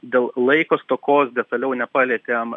dėl laiko stokos detaliau nepalietėm